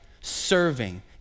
serving